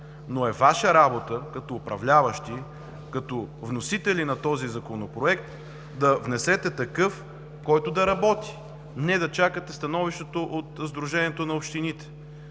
но е Ваша работа, като управляващи, като вносители на този законопроект, да внесете такъв, който да работи – не да чакате становището от сдружението на общините,